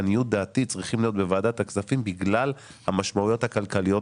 לעניות דעתי צריכות להיות בוועדת הכספים בגלל המשמעויות הכלכליות